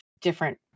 different